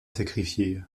sacrifiée